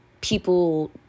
people